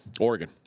Oregon